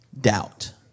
doubt